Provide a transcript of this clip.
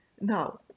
Now